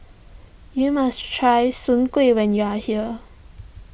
you must try Soon Kueh when you are here